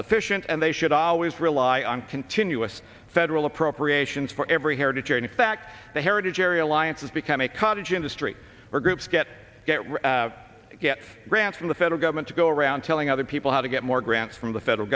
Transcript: sufficient and they should always rely on continuous federal appropriations for every heritage and in fact the heritage area alliance has become a cottage industry where groups get get grants from the federal government to go around telling other people how to get more grants from the federal